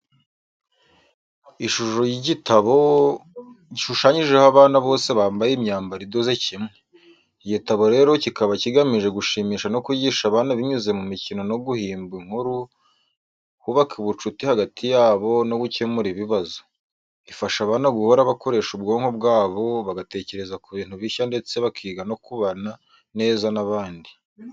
Ishusho y’igitabo, gishushanyijeho abana bose bambaye imyambaro idoze kimwe. Iki igitabo rero kikaba kigamije gushimisha no kwigisha abana binyuze mu mikino yo guhimba inkuru, kubaka ubucuti hagati yabo, no gukemura ibibazo. Ifasha abana guhora bakoresha ubwonko bwabo, bagatekereza ku bintu bishya ndetse bakiga no kubana neza n’abandi.